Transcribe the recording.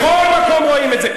בכל מקום רואים את זה.